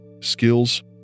skills